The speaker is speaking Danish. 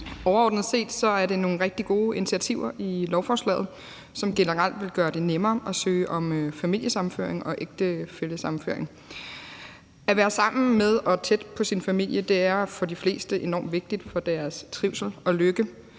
Overordnet set er det nogle rigtig gode initiativer, der er i lovforslaget, som generelt vil gøre det nemmere at søge om familiesammenføring og ægtefællesammenføring. At være sammen med og tæt på sin familie er for de fleste enormt vigtigt for deres trivsel og lykke,